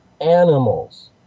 animals